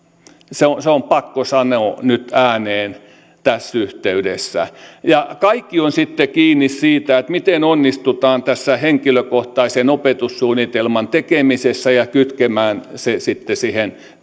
se se on pakko sanoa nyt ääneen tässä yhteydessä kaikki on kiinni siitä miten onnistutaan tässä henkilökohtaisen opetussuunnitelman tekemisessä ja kytkemään se siihen